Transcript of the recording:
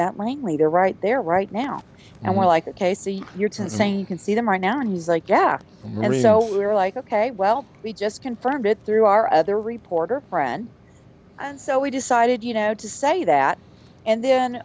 is at langley they're right there right now and we're like ok so you're saying you can see them right now and he's like yeah i mean so we were like ok well we just confirmed it through our other reporter friend and so we decided you know to say that and then